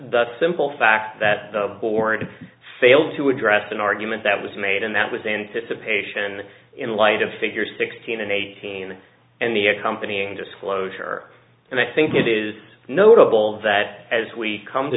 the simple fact that the board failed to address an argument that was made and that was anticipation in light of figures sixteen and eighteen and the accompanying disclosure and i think it is notable that as we come to